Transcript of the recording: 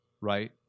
right